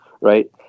right